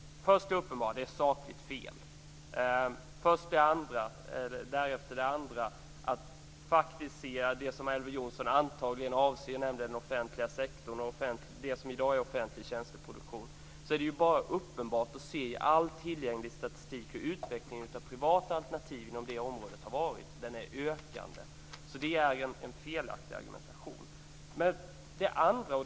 Uppenbarligen är detta sakligt fel. Elver Jonsson avser antagligen offentliga sektorn och det som i dag är offentlig tjänsteproduktion. Det är uppenbart att all tillgänglig statistik över utvecklingen av privata alternativ visar en ökning. Det är en felaktig argumentation.